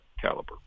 caliber